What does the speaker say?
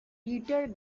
peter